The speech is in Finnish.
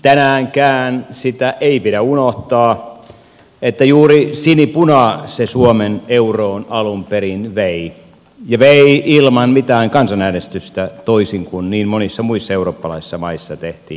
tänäänkään sitä ei pidä unohtaa että juuri sinipuna se suomen euroon alun perin vei ja vei ilman mitään kansanäänestystä toisin kuin niin monissa muissa eurooppalaisissa maissa tehtiin